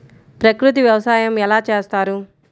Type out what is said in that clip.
ప్రకృతి వ్యవసాయం ఎలా చేస్తారు?